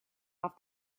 off